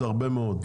זה הרבה מאוד,